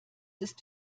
ist